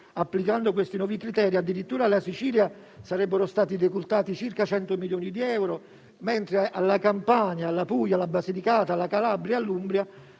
applicando questi nuovi criteri addirittura alla Sicilia sarebbero stati decurtati circa 100 milioni di euro, mentre alla Campania, alla Puglia, alla Basilicata, alla Calabria e all'Umbria